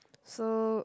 so